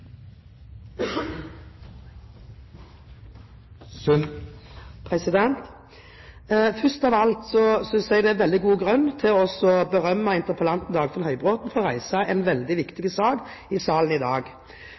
Først av alt synes jeg det er veldig god grunn til å berømme interpellanten, Dagfinn Høybråten, for å reise en veldig viktig sak i salen i dag.